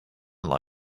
sound